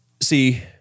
see